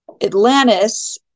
Atlantis